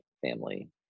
family